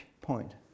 point